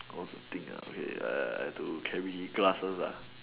I want to think wait I have to carry glasses